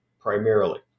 primarily